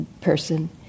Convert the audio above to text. person